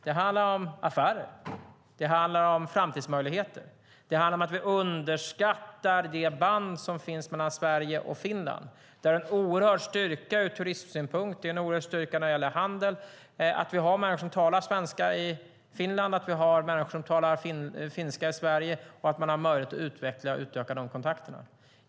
Det handlar om affärer, det handlar om framtidsmöjligheter och det handlar om att vi underskattar de band som finns mellan Sverige och Finland där en oerhörd styrka ur handels och turistsynpunkt är att vi har människor som talar svenska i Finland, att vi har människor som talar finska i Sverige och att man har möjlighet att utveckla och utöka kontakterna.